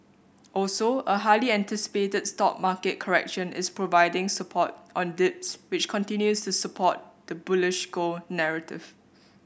also a highly anticipated stock market correction is providing support on dips which continues to support the bullish gold narrative